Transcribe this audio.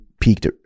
peaked